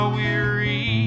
weary